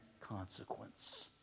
consequence